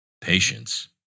patience